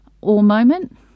all-moment